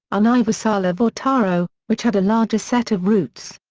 universala vortaro, which had a larger set of roots.